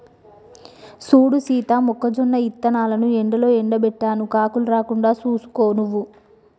సూడు సీత మొక్కజొన్న ఇత్తనాలను ఎండలో ఎండబెట్టాను కాకులు రాకుండా సూసుకో నువ్వు